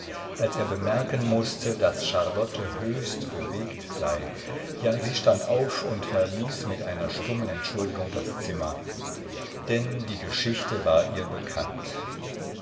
als er bemerken mußte daß charlotte höchst bewegt sei ja sie stand auf und verließ mit einer stummen entschuldigung das zimmer denn die geschichte war ihr bekannt